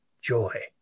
joy